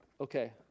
Okay